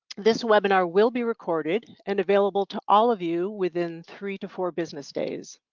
this webinar will be recorded and available to all of you within three to four business days.